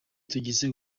tugiye